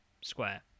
square